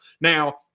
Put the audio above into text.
Now